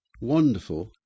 wonderful